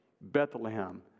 Bethlehem